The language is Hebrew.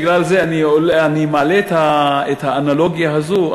בגלל זה אני מעלה את האנלוגיה הזאת,